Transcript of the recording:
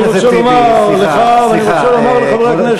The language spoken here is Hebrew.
אני רוצה לומר לך ואני רוצה לומר לחברי הכנסת,